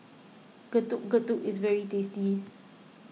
Getuk Getuk is very tasty